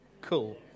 Cool